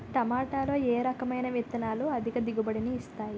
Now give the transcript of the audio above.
టమాటాలో ఏ రకమైన విత్తనాలు అధిక దిగుబడిని ఇస్తాయి